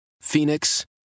Phoenix